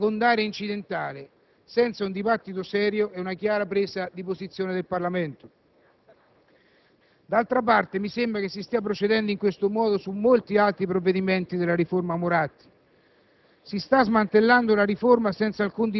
e certamente innovativo per via secondaria e incidentale, senza un dibattito serio e una chiara presa di posizione del Parlamento. D'altra parte, mi sembra si stia procedendo in questo modo su molti altri provvedimenti connessi alla riforma Moratti.